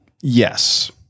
Yes